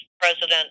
president